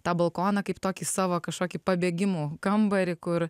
tą balkoną kaip tokį savo kažkokį pabėgimo kambarį kur